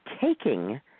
taking